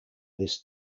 this